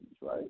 right